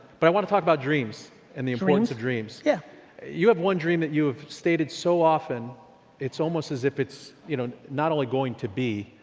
but i want to talk about dreams and the importance of dreams. yeah you have one dream that you have stated so often it's almost as if it's you know not only going to be,